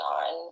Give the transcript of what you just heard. on